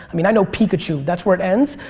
i mean i know pikachu that's where it ends.